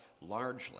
largely